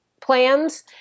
plans